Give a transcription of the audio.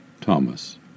Thomas